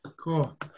Cool